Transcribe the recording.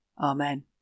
Amen